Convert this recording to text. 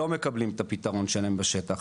לא מקבלים את הפתרון שלהם בשטח.